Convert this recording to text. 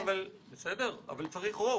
אבל צריך רוב.